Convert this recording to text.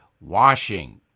washing